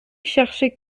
cherchait